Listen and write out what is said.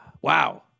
Wow